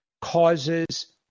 causes